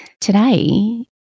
Today